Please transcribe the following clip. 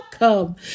Welcome